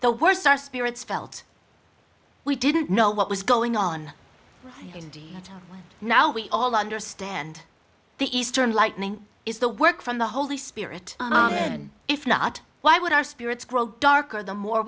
the worst our spirits felt we didn't know what was going on indeed and now we all understand the eastern lightning is the work from the holy spirit if not why would our spirits grow darker the more